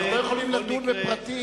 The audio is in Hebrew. אנחנו לא יכולים לדון בפרטים.